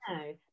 No